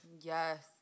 Yes